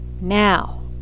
Now